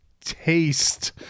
taste